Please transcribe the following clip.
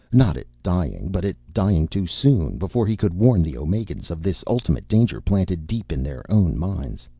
not at dying, but at dying too soon, before he could warn the omegans of this ultimate danger planted deep in their own minds.